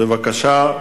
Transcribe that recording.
בבקשה.